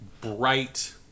bright